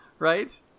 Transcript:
Right